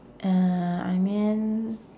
uh I mean